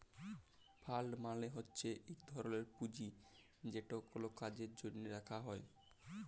fund মালে হছে ইক ধরলের পুঁজি যেট কল কাজের জ্যনহে রাখা হ্যয়